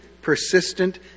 persistent